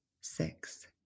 six